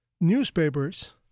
newspapers